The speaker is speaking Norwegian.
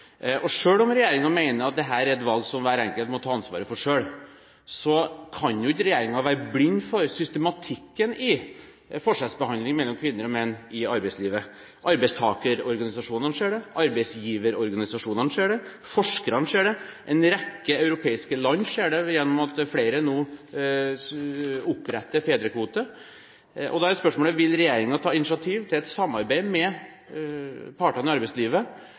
om regjeringen mener at dette er et valg hver enkelt må ta ansvaret for selv, kan ikke regjeringen være blind for systematikken i forskjellsbehandling mellom kvinner og menn i arbeidslivet. Arbeidstakerorganisasjonene ser det, arbeidsgiverorganisasjonene ser det, forskerne ser det, en rekke europeiske land ser det, gjennom at flere nå oppretter fedrekvote. Da er spørsmålet: Vil regjeringen ta initiativ til et samarbeid med partene i arbeidslivet